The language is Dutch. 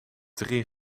drie